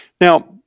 Now